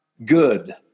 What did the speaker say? good